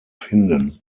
finden